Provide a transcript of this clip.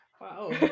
wow